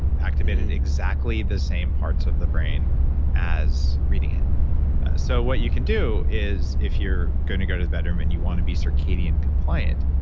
activating exactly the same parts of the brain as reading it so what you can do is if you're going to go to the bedroom and you want to be circadian compliant,